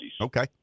Okay